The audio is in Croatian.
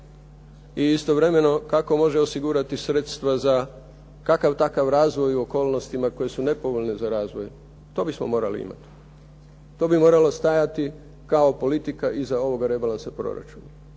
i istovremeno kako može osigurati sredstva za kakav takav razvoj u okolnostima koje su nepovoljne za razvoj, to bismo morali imati. To bi moralo stajati kao politika iza ovog rebalansa proračuna.